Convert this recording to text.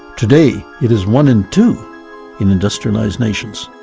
today it is one in two in industrialized nations.